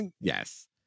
Yes